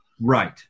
Right